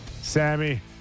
Sammy